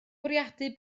bwriadu